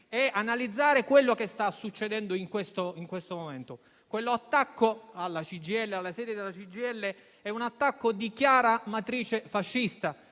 e analizzare ciò che sta succedendo in questo momento. Quello alla sede della CGIL è un attacco di chiara matrice fascista